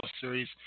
series